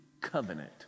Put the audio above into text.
covenant